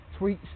tweets